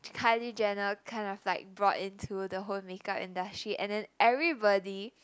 Kylie Jenner kind of like brought into the whole make up industry and then everybody